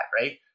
right